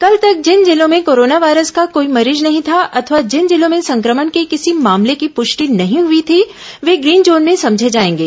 कल तक जिन जिलों में कोरोना वायरस का कोई मरीज नहीं था अथवा जिन जिलों में संक्रमण के किसी मामले की प्रष्टि नहीं हई थी वे ग्रीन जोन में समझे जाएंगे